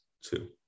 two